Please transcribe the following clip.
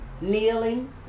kneeling